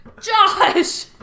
Josh